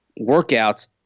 workouts